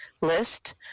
list